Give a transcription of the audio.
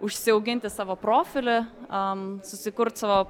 užsiauginti savo profilį am susikurt savo